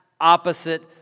opposite